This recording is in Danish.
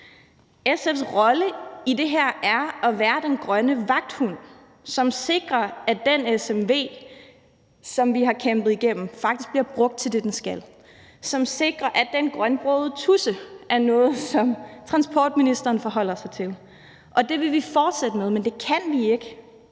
SF's rolle i det her er at være den grønne vagthund, som sikrer, at den smv, som vi har kæmpet igennem, faktisk bliver brugt til det, den skal, og som sikrer, at den grønbrogede tudse er noget, som transportministeren forholder sig til, og det vil vi fortsætte med. Men det kan vi ikke,